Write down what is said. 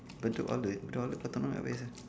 bedok outlet bedok outlet Cotton On